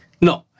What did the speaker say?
No